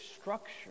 structure